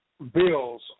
Bills